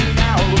now